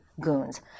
Goons